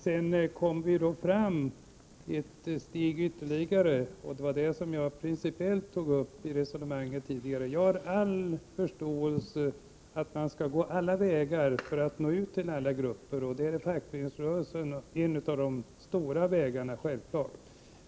Sedan kom vi fram ett steg ytterligare — det var det som jag principiellt tog uppi mitt resonemang tidigare. Jag har all förståelse för att man skall gå alla vägar för att nå ut till alla grupper. Självfallet är fackföreningsrörelsen en av de mest betydande vägarna.